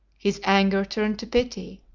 his anger turned to pity,